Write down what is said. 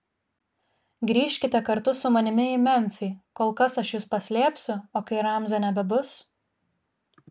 grįžkite kartu su manimi į memfį kol kas aš jus paslėpsiu o kai ramzio nebebus